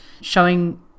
showing